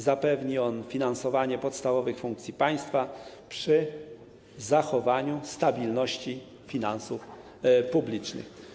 Zapewni on finansowanie podstawowych funkcji państwa przy zachowaniu stabilności finansów publicznych.